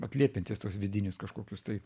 atliepiantis tuos vidinius kažkokius tai